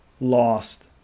lost